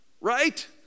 Right